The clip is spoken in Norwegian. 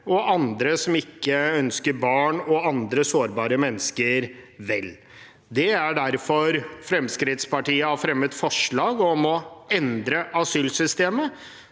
og andre som ikke ønsker barn og andre sårbare mennesker vel. Det er derfor Fremskrittspartiet har fremmet forslag om å endre asylsystemet,